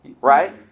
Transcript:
right